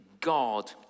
God